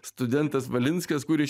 studentas valinskas kuris